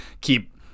keep